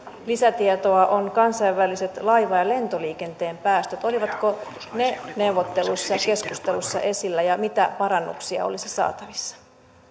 lisätietoa on kansainväliset laiva ja lentoliikenteen päästöt olivatko ne neuvotteluissa ja keskusteluissa esillä ja mitä parannuksia olisi saatavissa